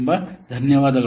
ತುಂಬ ಧನ್ಯವಾದಗಳು